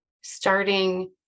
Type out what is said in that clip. starting